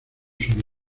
sus